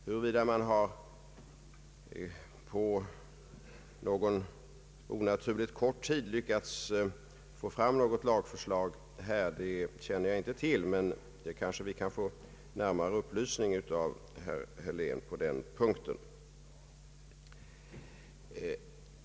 Huruvida man på någon onaturligt kort tid lyckats få fram något lagförslag känner jag inte till, men det kanske vi kan få närmare upplysning om av herr Helén.